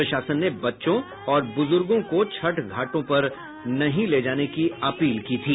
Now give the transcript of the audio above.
प्रशासन ने बच्चों और बुजुर्गों को छठ घाट पर नहीं ले जाने की अपील की थी